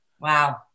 Wow